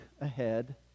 ahead